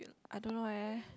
I don't know eh